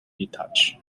detached